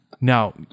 Now